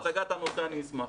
בסדר גמור, בהצגת הנושא אני אשמח.